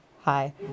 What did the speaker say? hi